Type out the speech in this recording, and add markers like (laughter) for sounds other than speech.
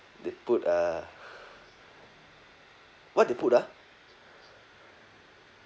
they put uh (breath) what they put ah